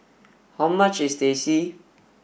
how much is Teh C